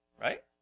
right